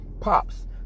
Pops